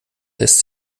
lässt